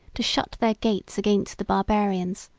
to shut their gates against the barbarians,